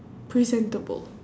presentable